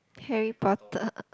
Harry-Potter